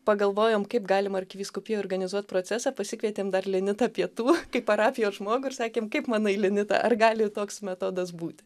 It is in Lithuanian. pagalvojom kaip galima arkivyskupijoj organizuot procesą pasikvietėm dar linitą pietų kaip parapijos žmogų ir sakėm kaip manai linita ar gali toks metodas būt